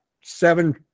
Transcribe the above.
seven